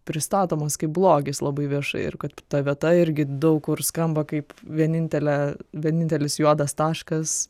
pristatomas kaip blogis labai viešai ir kad ta vieta irgi daug kur skamba kaip vienintelė vienintelis juodas taškas